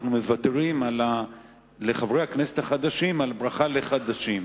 אנחנו מוותרים לחברי הכנסת החדשים על ברכה לחדשים.